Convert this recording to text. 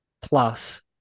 plus